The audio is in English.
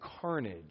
carnage